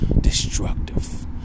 Destructive